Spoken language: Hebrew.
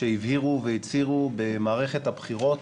שהבהירו והצהירו במערכת הבחירות